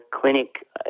clinic